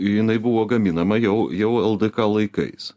jinai buvo gaminama jau jau ldk laikais